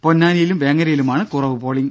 പൊന്നാനിയിലും വേങ്ങരയിലുമാണ് കുറവ് പോളിങ്